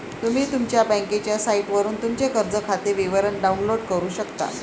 तुम्ही तुमच्या बँकेच्या साइटवरून तुमचे कर्ज खाते विवरण डाउनलोड करू शकता